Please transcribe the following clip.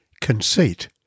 Conceit